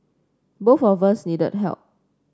both of us needed help